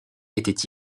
étaient